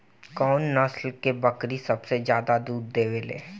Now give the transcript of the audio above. कउन नस्ल के बकरी सबसे ज्यादा दूध देवे लें?